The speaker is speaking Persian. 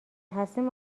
هستیم